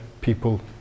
people